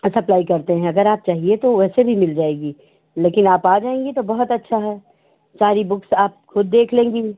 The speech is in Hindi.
सप्लाई करते हैं अगर आप चाहिए तो वैसे भी मिल जाएगी लेकिन आप आ जाएंगी तो बहुत अच्छा है सारी बुक आप खुद देख लेंगी